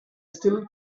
still